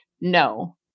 no